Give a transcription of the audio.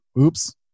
oops